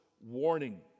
warning